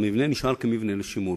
המבנה נשאר מבנה לשימור.